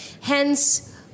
Hence